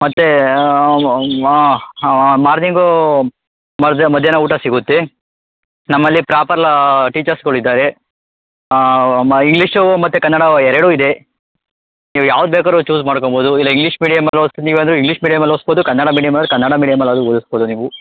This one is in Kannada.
ಮತ್ತೆ ಮಾ ಮಾರ್ನಿಂಗು ಮಧ್ಯಾಹ್ನ ಊಟ ಸಿಗುತ್ತೆ ನಮ್ಮಲ್ಲಿ ಪ್ರಾಪರ್ಲಾ ಟೀಚರ್ಸ್ಗಳು ಇದ್ದಾರೆ ಮ ಇಂಗ್ಲೀಷು ಮತ್ತು ಕನ್ನಡ ಎರಡೂ ಇದೆ ನೀವು ಯಾವ್ದು ಬೇಕಾದ್ರೂ ಚೂಸ್ ಮಾಡ್ಕೋಬೋದು ಇಲ್ಲ ಇಂಗ್ಲೀಷ್ ಮೀಡಿಯಮಲ್ಲಿ ಓದುಸ್ತೀವಿ ಅಂದರೆ ಇಂಗ್ಲೀಷ್ ಮೀಡಿಯಮಲ್ಲಿ ಓದಿಸ್ಬೋದು ಕನ್ನಡ ಮೀಡಿಯಂ ಅಂದರೆ ಕನ್ನಡ ಮೀಡಿಯಮಲ್ಲಾದರೂ ಓದಿಸ್ಬೋದು ನೀವು